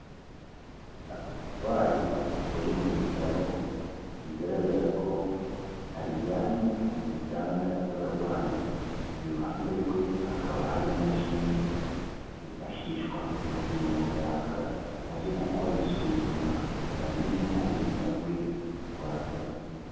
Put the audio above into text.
Hari umurwayi uri mu bitaro, bigaragara ko aryamye ku gitanda cy'abarwayi, iruhande rwe hakaba hari imashini, yifashishwa mu gihe umuganga aje gukora isuzuma ngo amenye uko ubuzima bwe buhagaze.